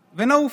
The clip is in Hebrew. ונעוף.